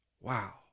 Wow